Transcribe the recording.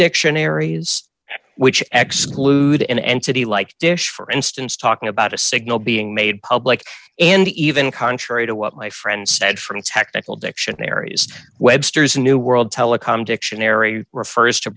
dictionaries which ex glued an entity like dish for instance talking about a signal being made public and even contrary to what my friend said from technical dictionaries webster's new world telecom dictionary refers to